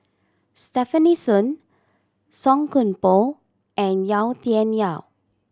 Stefanie Sun Song Koon Poh and Yau Tian Yau